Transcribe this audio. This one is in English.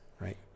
right